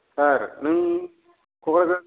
सार नों क'क्राझार